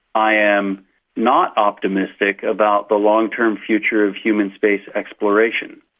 i am not optimistic about the long-term future of human space exploration.